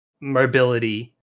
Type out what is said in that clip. mobility